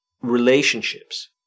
relationships